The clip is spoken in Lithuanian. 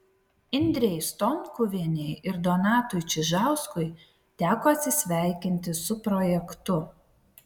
indrei stonkuvienei ir donatui čižauskui teko atsisveikinti su projektu